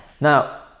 Now